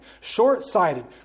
short-sighted